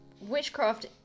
witchcraft